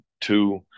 two